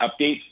updates